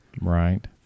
Right